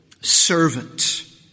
servant